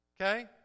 Okay